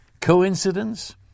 Coincidence